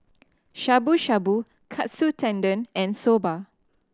Shabu Shabu Katsu Tendon and Soba